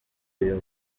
uyu